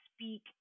speak